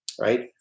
Right